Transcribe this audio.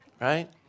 Right